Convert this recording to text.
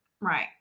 Right